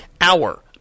hour